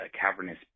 cavernous